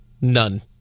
None